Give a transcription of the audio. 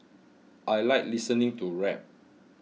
I like listening to rap